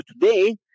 today